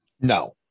no